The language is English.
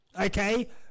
okay